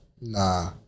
Nah